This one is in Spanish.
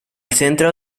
centro